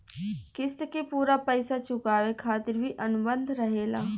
क़िस्त के पूरा पइसा चुकावे खातिर भी अनुबंध रहेला